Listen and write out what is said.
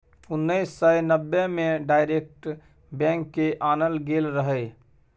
उन्नैस सय नब्बे मे डायरेक्ट बैंक केँ आनल गेल रहय